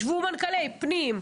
ישבו פה מנכ״לי פנים,